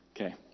Okay